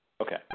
Okay